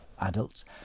adults